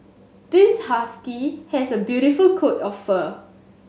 this husky has a beautiful coat of fur